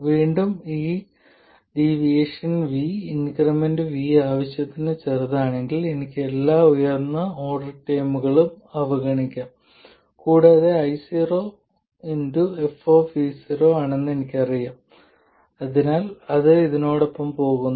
വീണ്ടും ഈ deviation v increment v ആവശ്യത്തിന് ചെറുതാണെങ്കിൽ എനിക്ക് എല്ലാ ഉയർന്ന ഓർഡർ ടേമുകളും അവഗണിക്കാം കൂടാതെ I0 f ആണെന്ന് എനിക്കറിയാം അതിനാൽ ഇത് അതിനൊപ്പം പോകുന്നു